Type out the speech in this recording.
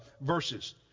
verses